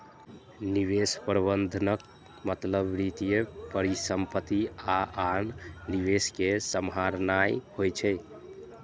निवेश प्रबंधनक मतलब वित्तीय परिसंपत्ति आ आन निवेश कें सम्हारनाय होइ छै